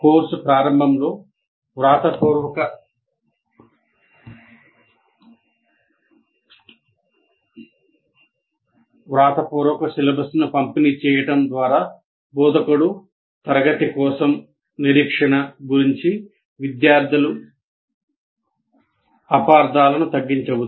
course ప్రారంభంలో వ్రాతపూర్వక సిలబస్ను పంపిణీ చేయడం ద్వారా బోధకుడు తరగతి కోసం నిరీక్షణ గురించి విద్యార్థుల అపార్థాలను తగ్గించవచ్చు